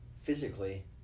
physically